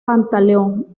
pantaleón